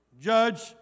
judge